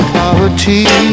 poverty